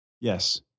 Yes